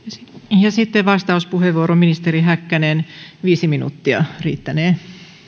ja sitten vastauspuheenvuoro ministeri häkkänen viisi minuuttia riittänee